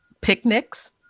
picnics